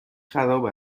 خراب